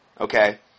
okay